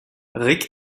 rick